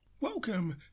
Welcome